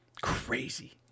Crazy